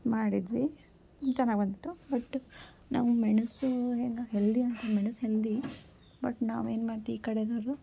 ಮಾಡಿದ್ವಿ ಚೆನ್ನಾಗಿ ಬಂದಿತ್ತು ಬಟ್ಟು ನಾವು ಮೆಣಸು ಹೇಗೂ ಹೆಲ್ದಿ ಅಂತ ಮೆಣಸು ಹೆಲ್ದಿ ಬಟ್ ನಾವು ಏನು ಮಾಡ್ತೀವಿ ಈ ಕಡೆಯೋರು